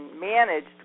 managed